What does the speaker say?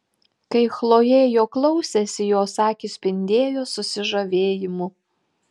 kai chlojė jo klausėsi jos akys spindėjo susižavėjimu